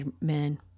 men